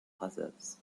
brothers